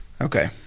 Okay